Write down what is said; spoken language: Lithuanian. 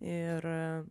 ir a